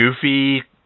goofy